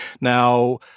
Now